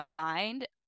mind